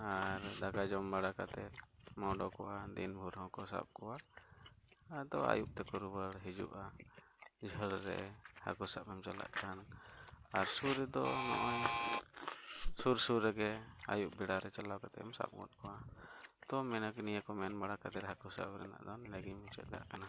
ᱟᱨ ᱫᱟᱠᱟ ᱡᱚᱢ ᱵᱟᱲᱟ ᱠᱟᱛᱮᱫ ᱮᱢ ᱚᱰᱚᱠᱚᱜᱼᱟ ᱫᱤᱱ ᱵᱷᱳᱨ ᱦᱚᱸᱠᱚ ᱥᱟᱵ ᱠᱚᱣᱟ ᱟᱫᱚ ᱟᱹᱭᱩᱵ ᱛᱮᱠᱚ ᱨᱩᱣᱟᱹᱲ ᱦᱤᱡᱩᱜᱼᱟ ᱡᱷᱟᱹᱞ ᱨᱮ ᱦᱟᱹᱠᱩ ᱥᱟᱵ ᱮᱢ ᱪᱟᱞᱟᱜ ᱠᱷᱟᱱ ᱟᱨ ᱥᱩᱨ ᱨᱮᱫᱚ ᱱᱚᱜᱼᱚᱸᱭ ᱥᱩᱨ ᱥᱩᱨ ᱨᱮᱜᱮ ᱟᱹᱭᱩᱵ ᱵᱮᱲᱟ ᱨᱮ ᱪᱟᱞᱟᱣ ᱠᱟᱛᱮᱢ ᱥᱟᱵ ᱜᱚᱫ ᱠᱚᱣᱟ ᱛᱚ ᱢᱮᱱᱟᱠᱚ ᱱᱤᱭᱟᱹ ᱠᱚ ᱢᱮᱱ ᱵᱟᱲᱟ ᱠᱟᱛᱮᱫ ᱦᱟᱹᱠᱩ ᱥᱟᱵ ᱨᱮᱱᱟᱜ ᱫᱚ ᱱᱮᱸᱰᱮᱜᱤᱧ ᱢᱩᱪᱟᱹᱫ ᱠᱟᱜ ᱠᱟᱱᱟ